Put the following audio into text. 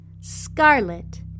Scarlet